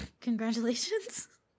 congratulations